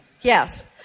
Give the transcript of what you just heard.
Yes